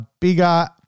bigger